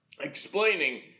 explaining